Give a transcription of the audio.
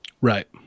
right